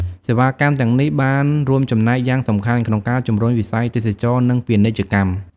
សេវាកម្មទាំងនេះបានរួមចំណែកយ៉ាងសំខាន់ក្នុងការជំរុញវិស័យទេសចរណ៍និងពាណិជ្ជកម្ម។